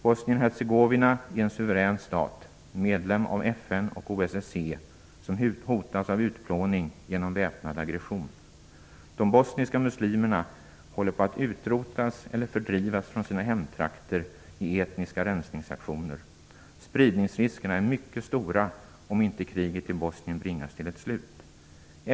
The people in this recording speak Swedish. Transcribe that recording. Bosnien-Hercegovina är en suverän stat, medlem av FN och OSSE, som hotas av utplåning genom väpnad aggression. De bosniska muslimerna håller på att utrotas eller fördrivas från sina hemtrakter i etniska rensningsaktioner. Spridningsriskerna är mycket stora om inte kriget i Bosnien bringas till ett slut.